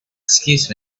excuse